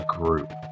group